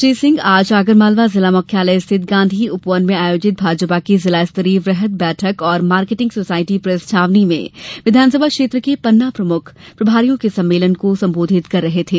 श्री सिंह आज आगरमालवा जिला मुख्यालय स्थित गाँधी उपवन में आयोजित भाजपा की जिला स्तरीय वृहद बैठक और मार्केटिंग सोसायटी प्रेस छावनी में विधानसभा क्षेत्र के पन्ना प्रमुख प्रभारियों के सम्मेलन में बोल रहे थे